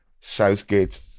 Southgate